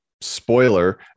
spoiler